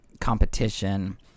competition